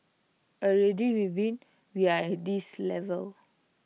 already with IT we are at this level